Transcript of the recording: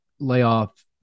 layoff